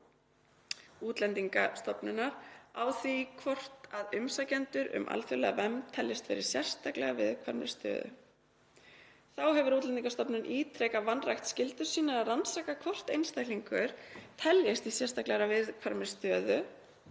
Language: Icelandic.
Útlendingastofnunar á því hvort umsækjendur um alþjóðlega vernd teljast vera í sérstaklega viðkvæmri stöðu. Þá hafi Útlendingastofnun ítrekað vanrækt skyldur sínar til að rannsaka hvort einstaklingur teljist í sérstaklega viðkvæmri stöðu